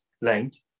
length